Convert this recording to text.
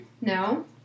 No